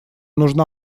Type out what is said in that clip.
нужна